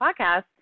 podcast